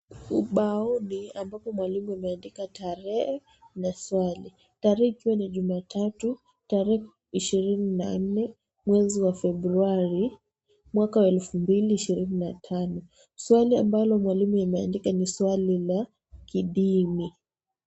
Ubaoni ambako mwalimu amendika tarehe na swali. Tarehe ikiwa ni jumatatu, 28/02/2025. Swali ambalo mwalimu imendika ni swali na kidini.